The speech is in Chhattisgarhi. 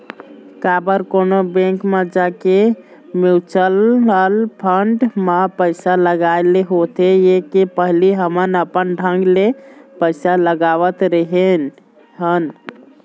काबर कोनो बेंक म जाके म्युचुअल फंड म पइसा लगाय ले होथे ये के पहिली हमन अपन ढंग ले पइसा लगावत रेहे हन